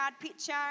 picture